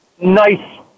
nice